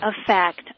effect